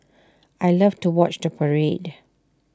I love to watch the parade